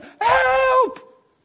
Help